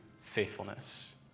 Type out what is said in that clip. faithfulness